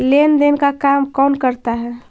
लेन देन का काम कौन करता है?